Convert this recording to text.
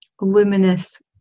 luminous